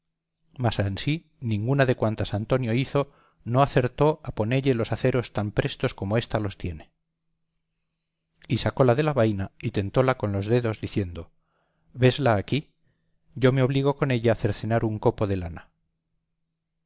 diese mas ansí ninguna de cuantas antonio hizo no acertó a ponelle los aceros tan prestos como ésta los tiene y sacóla de la vaina y tentóla con los dedos diciendo vesla aquí yo me obligo con ella cercenar un copo de lana